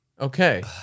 okay